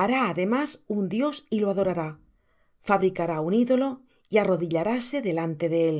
hará además un dios y lo adorará fabricará un ídolo y arrodillaráse delante de él